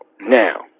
Now